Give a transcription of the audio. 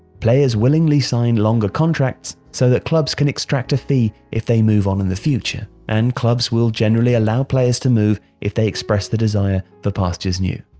players willingly sign longer contracts so that clubs can extract a fee if they move on in the future, and clubs will generally allow players to move if they express the desire for pastures new.